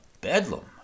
bedlam